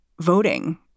voting